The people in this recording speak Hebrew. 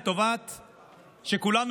לטובת כולנו,